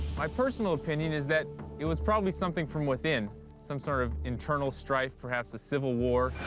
my personal opinion is that it was probably something from within some sort of internal strife, perhaps a civil war.